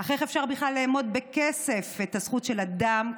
אך איך אפשר בכלל לאמוד בכסף את הזכות של אדם,